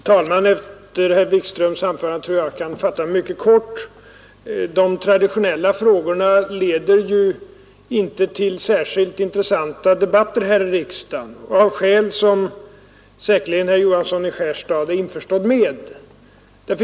Herr talman! Efter herr Wikströms anförande tror jag att jag kan fatta mig mycket kort. De traditionella frågorna leder inte till särskilt intressanta debatter här i riksdagen av skäl som herr Johansson i Skärstad säkerligen är införstådd med.